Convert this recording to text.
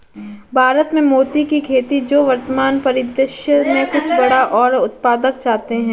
भारत में मोती की खेती जो वर्तमान परिदृश्य में कुछ बड़ा और उत्पादक चाहते हैं